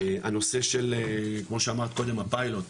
הנושא של כמו שאמרת קודם הפיילוט,